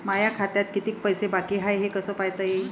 माया खात्यात कितीक पैसे बाकी हाय हे कस पायता येईन?